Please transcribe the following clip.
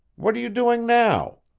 what are you doing now?